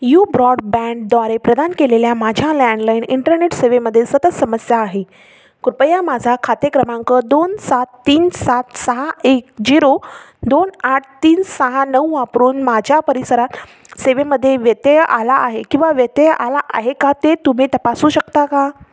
you ब्रॉडबँडद्वारे प्रदान केलेल्या माझ्या लँडलाईन इंटरनेट सेवेमध्ये सतत समस्या आहे कृपया माझा खाते क्रमांक दोन सात तीन सात सहा एक झिरो दोन आठ तीन सहा नऊ वापरून माझ्या परिसरात सेवेमध्ये व्यत्यय आला आहे किंवा व्यत्यय आला आहे का ते तुम्ही तपासू शकता का